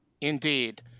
Indeed